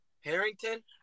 Harrington